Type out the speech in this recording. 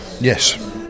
Yes